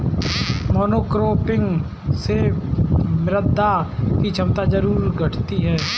monocropping से मृदा की क्षमता जरूर घटती है